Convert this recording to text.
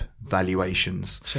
valuations